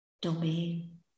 domain